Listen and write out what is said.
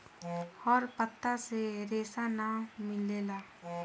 हर पत्ता से रेशा ना मिलेला